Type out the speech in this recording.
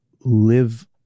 live